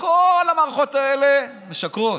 כל המערכות האלה משקרות?